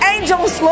Angels